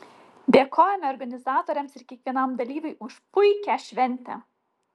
dėkojame organizatoriams ir kiekvienam dalyviui už puikią šventę